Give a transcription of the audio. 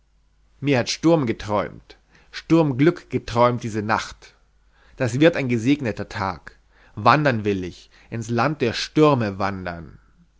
mir hat sturm geträumt sturmglück geträumt diese nacht das wird ein gesegneter tag wandern will ich ins land der stürme wandern